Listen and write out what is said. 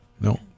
no